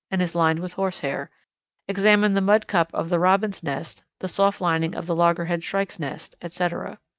and is lined with horsehair examine the mud cup of the robin's nest, the soft lining of the loggerhead shrike's nest, etc.